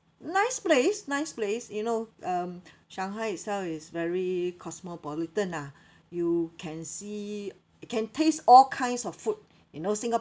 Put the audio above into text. nice place nice place you know um shanghai itself is very cosmopolitan lah you can see can taste all kinds of food you know singapore~